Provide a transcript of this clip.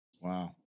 Wow